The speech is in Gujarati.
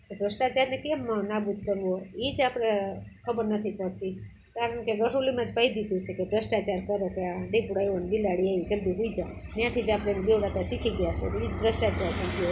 તો ભ્રષ્ટાચારને કેમ નાબૂદ કરવો એ જ આપણને ખબર નથી પડતી કારણ કે ગળથૂલીમાં જ પાઈ દીધું છે ભ્રષ્ટાચાર કરો કે આ દીપડો આવ્યો ને બિલાડી આવી જલ્દી સુઈ જા ત્યાંથી જ આપણે એ દેવાતા શીખી ગયા છે એ જ ભ્રષ્ટાચાર થઈ ગયો